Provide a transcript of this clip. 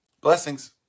Blessings